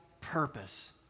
purpose